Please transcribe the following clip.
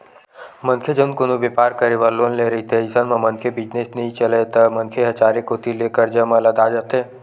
मनखे जउन कोनो बेपार करे बर लोन ले रहिथे अइसन म मनखे बिजनेस नइ चलय त मनखे ह चारे कोती ले करजा म लदा जाथे